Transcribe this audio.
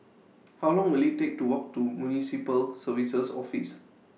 How Long Will IT Take to Walk to Municipal Services Office